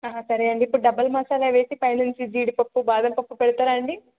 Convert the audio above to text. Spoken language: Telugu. సరే అండి ఇప్పుడు డబల్ మసాలా వేసి పై నుంచి జీడిపప్పు బాదం పప్పు పెడతారా అండి